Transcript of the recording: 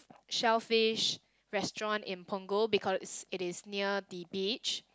shellfish restaurant in Punggol because it is near the beach